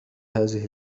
هذه